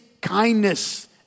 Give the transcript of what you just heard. kindness